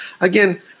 Again